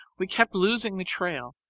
we kept losing the trail,